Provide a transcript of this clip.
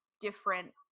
different